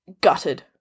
Gutted